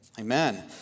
Amen